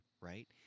right